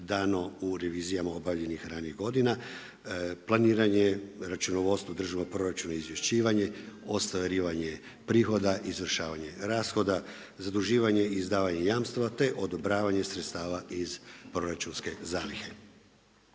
dano u revizijama obavljenih ranijih godina. Planiran je računovodstvo državnog proračuna izvješćivanje, ostvarivanje prihoda, izvršavanje rashoda, zaduživanje i izdavanje jamstva, te odobravanje sredstava iz proračunske zalihe.